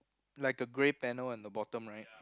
like a grey panel on the bottom right